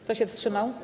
Kto się wstrzymał?